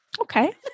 Okay